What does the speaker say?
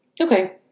Okay